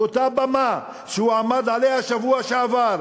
מאותה במה שהוא עמד עליה בשבוע שעבר: